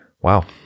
Wow